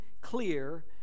clear